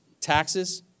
taxes